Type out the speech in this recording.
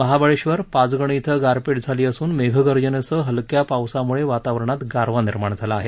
महाबळेश्वर पाचगणी इथं गारपिट झाली असून मेघ गर्जनेसह हलक्या पावसाम्ळे वातावरणात गारवा निर्माण झाला आहे